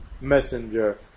messenger